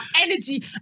energy